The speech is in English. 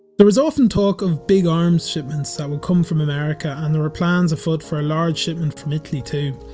there was often talk of big arms shipments that would come from america and there were plans afoot for a large shipment from italy too.